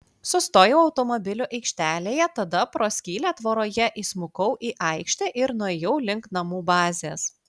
sustojau automobilių aikštelėje tada pro skylę tvoroje įsmukau į aikštę ir nuėjau link namų bazės